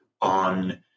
on